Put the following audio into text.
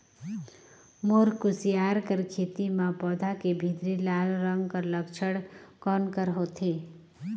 मोर कुसियार कर खेती म पौधा के भीतरी लाल रंग कर लक्षण कौन कर होथे?